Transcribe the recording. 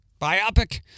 Biopic